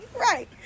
right